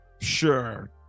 sure